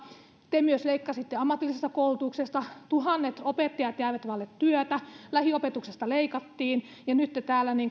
te leikkasitte myös ammatillisesta koulutuksesta tuhannet opettajat jäivät vaille työtä lähiopetuksesta leikattiin nyt te täällä